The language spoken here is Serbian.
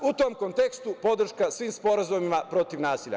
U tom kontekstu, podrška svim sporazumima protiv nasilja.